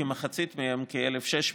כמחצית מהם, כ-1,600,